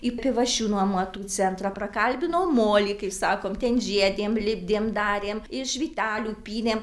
į pivašiūnų amatų centrą prakalbinau molį kai sakom ten žiedėm lipdėm darėm iš vytelių pynėm